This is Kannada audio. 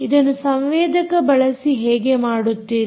ಇದನ್ನು ಸಂವೇದಕ ಬಳಸಿ ಹೇಗೆ ಮಾಡುತ್ತೀರಿ